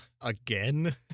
Again